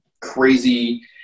crazy